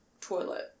toilet